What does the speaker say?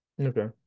Okay